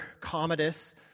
Commodus